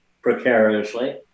precariously